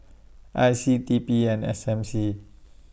I C T P and S M C